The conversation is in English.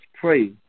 pray